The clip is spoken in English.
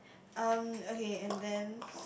um okay and then